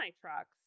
trucks